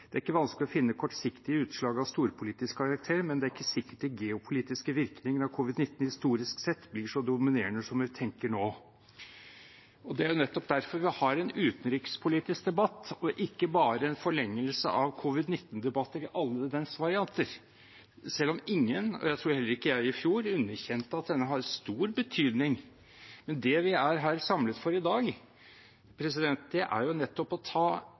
Det er ikke vanskelig å finne kortsiktige utslag av storpolitisk karakter, men det er ikke sikkert de geopolitiske virkningene av covid-19 historisk sett blir så dominerende som vi tenker nå». Det er nettopp derfor vi har en utenrikspolitisk debatt og ikke bare en forlengelse av covid-19-debatten i alle dens varianter, selv om ingen – jeg tror heller ikke jeg – i fjor underkjente at den har stor betydning. Det vi er samlet for her i dag, er nettopp å ta